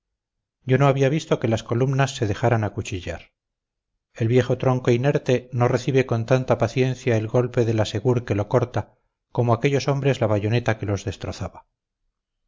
yo no había visto que las columnas se dejaran acuchillar el viejo tronco inerte no recibe con tanta paciencia el golpe de la segur que lo corta como aquellos hombres la bayoneta que los destrozaba